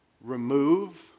remove